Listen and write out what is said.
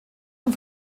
man